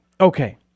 Okay